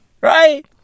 Right